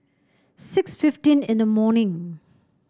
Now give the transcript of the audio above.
six fifteen in the morning